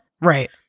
Right